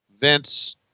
Vince